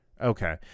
Okay